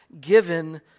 given